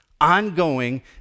Ongoing